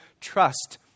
Trust